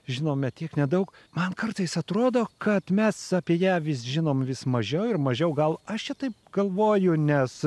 žinome tiek nedaug man kartais atrodo kad mes apie ją vis žinom vis mažiau ir mažiau gal aš čia taip galvoju nes